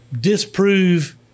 disprove